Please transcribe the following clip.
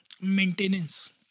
maintenance